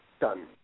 Done